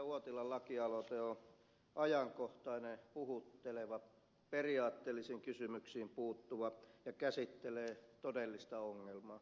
uotilan lakialoite on ajankohtainen puhutteleva periaatteellisiin kysymyksiin puuttuva ja käsittelee todellista ongelmaa